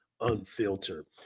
Unfiltered